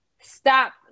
stop